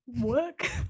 work